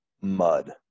mud